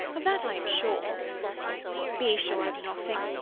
of that i am sure be sure of nothing.